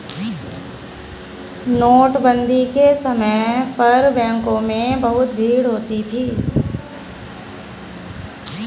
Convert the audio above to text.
नोटबंदी के समय पर बैंकों में बहुत भीड़ होती थी